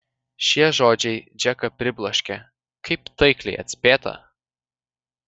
šie žodžiai džeką pribloškė kaip taikliai atspėta